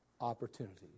opportunities